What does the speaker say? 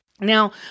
Now